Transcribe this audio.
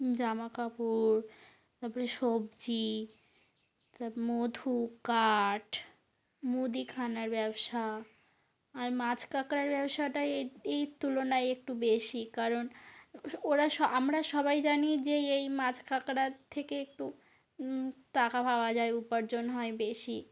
জামাকাপড় তারপরে সবজি তাপরে মধু কাঠ মুদিখানার ব্যবসা আর মাছ কাঁকড়ার ব্যবসাটাই এর এই তুলনায় একটু বেশি কারণ ও ওরা সো আমরা সবাই জানি যে এই মাছ কাঁকড়ার থেকে একটু টাকা পাওয়া যায় উপার্জন হয় বেশি